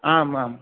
आम् आम्